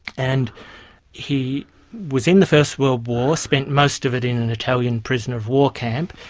and he was in the first world war, spent most of it in an italian prisoner of war camp,